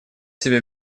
себе